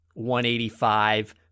185